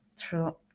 True